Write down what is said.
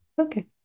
Okay